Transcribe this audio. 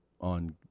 on